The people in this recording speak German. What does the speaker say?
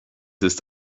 ist